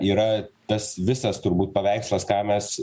yra tas visas turbūt paveikslas ką mes